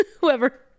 whoever